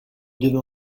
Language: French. devint